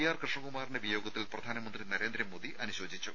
R കൃഷ്ണകുമാറിന്റെ വിയോഗത്തിൽ പ്രധാനമന്ത്രി നരേന്ദ്രമോദി അനുശോചിച്ചു